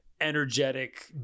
energetic